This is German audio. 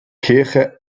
kirche